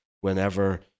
whenever